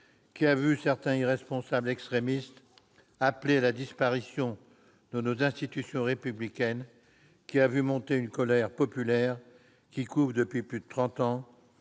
qui a vu certains irresponsables extrémistes appeler à la disparition de nos institutions républicaines, et qui a vu monter une colère populaire couvant depuis plus de trente